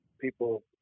people